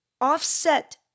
offset